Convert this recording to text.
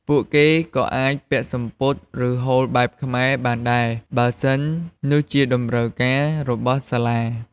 ពួកគេ ក៏អាចពាក់សំពត់ ឬ ហូលបែបខ្មែរបានដែរ បើសិននោះជាតម្រូវការរបស់សាសា។